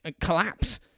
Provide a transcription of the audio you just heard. collapse